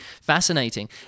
fascinating